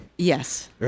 Yes